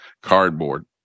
cardboard